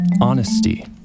honesty